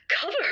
Cover